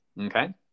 Okay